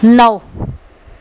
नौ